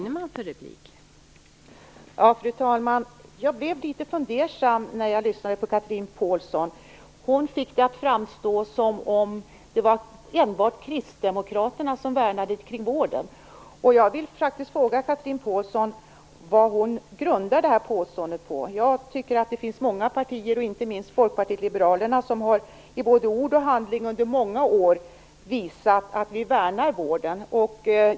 Fru talman! Jag blev litet fundersam när jag lyssnade på Chatrine Pålsson. Hon fick det att framstå som om det enbart är Kristdemokraterna som värnar om vården. Jag vill fråga Chatrine Pålsson vad hon grundar detta påstående på. Jag tycker att det finns många partier - inte minst Folkpartiet liberalerna - som i både ord och handling under många år har visat att de värnar vården.